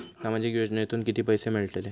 सामाजिक योजनेतून किती पैसे मिळतले?